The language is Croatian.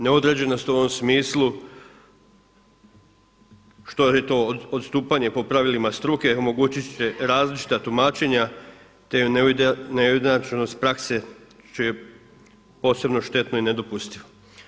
Neodređenost u ovom smislu što je to odstupanje po pravilima struka omogućit će različita tumačenja, te neujednačenost prakse će posebno štetno i nedopustivo.